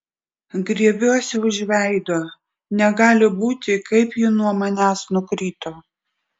griebiuosi už veido negali būti kaip ji nuo manęs nukrito